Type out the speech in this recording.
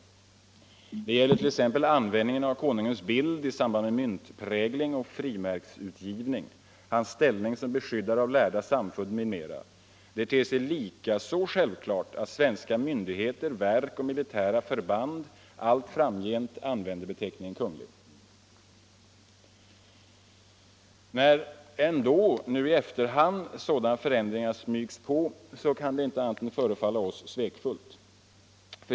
Det gäller t.ex. användningen av konungens bild i samband med myntprägling och frimärksutgivning, hans ställning som beskyddare av lärda samfund m.m. Det ter sig likaså självklart att svenska myndigheter, verk och militära förband allt framgent använder beteckningen ”kunglig”.” När nu sådana ändringar i efterhand smygs på kan det inte annat än förefalla oss svekfullt.